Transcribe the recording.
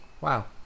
Wow